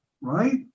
right